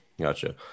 Gotcha